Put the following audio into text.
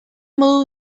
modu